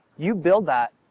you build that,